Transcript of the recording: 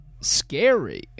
Scary